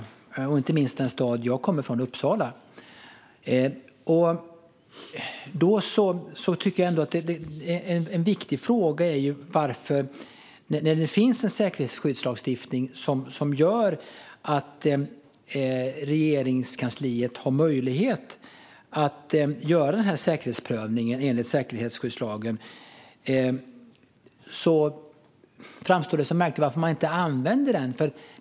Det gäller inte minst i den stad jag kommer ifrån, Uppsala. När det nu finns en säkerhetsskyddslagstiftning som ger Regeringskansliet möjlighet att göra en säkerhetsprövning enligt säkerhetsskyddslagen framstår det som märkligt att man inte använder denna möjlighet.